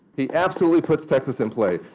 he absolutely puts texas in play.